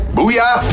Booyah